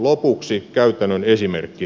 lopuksi käytännön esimerkki